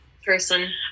person